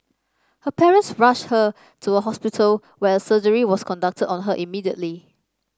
her parents rushed her to a hospital where a surgery was conducted on her immediately